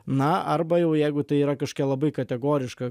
na arba jau jeigu tai yra kažkokia labai kategoriška